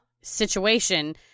situation